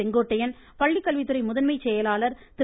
செங்கோட்டையன் பள்ளி கல்வித்துறை முதன்மை செயலாளர் திரு